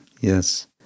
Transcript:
yes